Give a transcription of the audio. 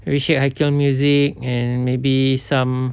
maybe sheikh haikel music and maybe some